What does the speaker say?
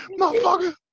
Motherfucker